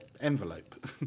envelope